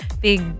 big